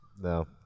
No